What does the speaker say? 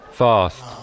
fast